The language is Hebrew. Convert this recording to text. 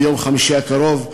ביום חמישי הקרוב,